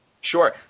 Sure